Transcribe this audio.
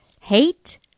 hate